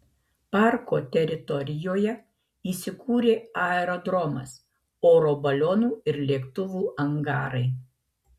parko teritorijoje įsikūrė aerodromas oro balionų ir lėktuvų angarai